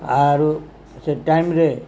ଆରୁ ସେ ଟାଇମ୍ରେ